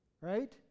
right